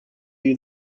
you